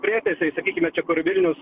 prietaisai sakykime čia kur vilnius